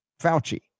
Fauci